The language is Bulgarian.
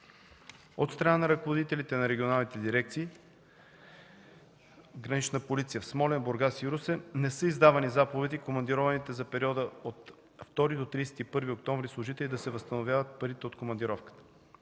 От страна на ръководителите на регионалните дирекции „Гранична полиция“ в Смолян, Бургас и Русе не са издавани заповеди командированите за периода от 2 до 31 октомври служители да се възстановяват парите от командировката.